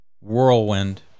Whirlwind